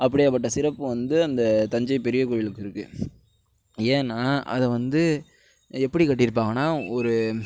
அப்படியாப்பட்ட சிறப்பு வந்து அந்த தஞ்சை பெரிய கோயிலுக்கு இருக்கு ஏன்னா அதை வந்து எப்படி கட்டிருப்பாங்கன்னா ஒரு